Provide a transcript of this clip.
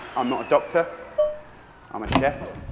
i'm not a doctor i'm a chef,